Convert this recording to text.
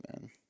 man